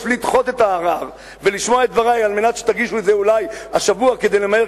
לדחות את הערר ולשמוע את דברי על מנת שתגישו את זה אולי השבוע כדי למהר,